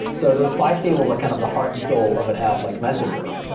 so those five tables are kind of the heart and soul of an app like messenger.